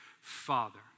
father